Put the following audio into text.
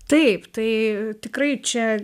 taip tai tikrai čia